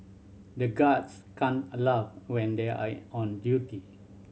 the guards can't a laugh when they are on duty